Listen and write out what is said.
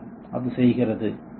ஆமாம் அது செய்கிறது